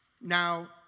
Now